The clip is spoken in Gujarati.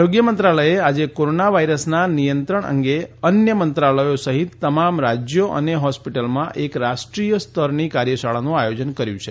આરોગ્ય મંત્રાલયે આજે કોરોના વાયરસનાં નિયંત્રણ અંગે અન્ય મંત્રાલયો સહિત તમામ રાજ્યો અને હોસ્પિટલોમાં એક રાષ્ટ્રીય સ્તરની કાર્ય શાળાનું આયોજન કર્યું છે